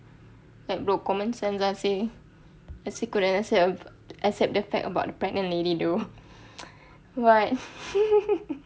like no common sense ah seh I still couldn't the fact about the pregnant lady though what